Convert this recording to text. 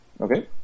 Okay